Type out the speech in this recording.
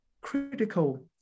critical